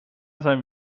zijn